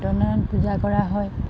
সত্যনাৰায়ণ পূজা কৰা হয়